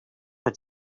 had